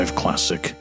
classic